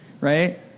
right